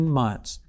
months